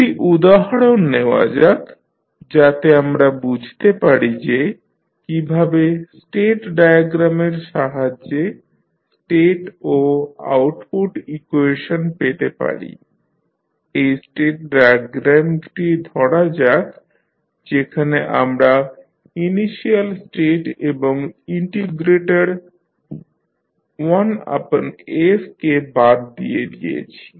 একটি উদাহরণ নেওয়া যাক যাতে আমরা বুঝতে পারি যে কীভাবে স্টেট ডায়াগ্রামের সাহায্যে স্টেট ও আউটপুট ইকুয়েশন পেতে পারি এই স্টেট ডায়াগ্রামটি ধরা যাক যেখানে আমরা ইনিশিয়াল স্টেট এবং ইন্টিগ্রেটর 1s কে বাদ দিয়ে দিয়েছি